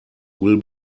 will